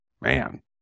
Man